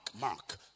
Mark